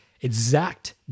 exact